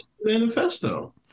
Manifesto